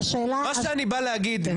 מה שאני בא להגיד,